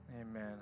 Amen